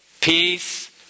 peace